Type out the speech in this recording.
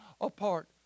apart